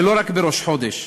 ולא רק בראש חודש.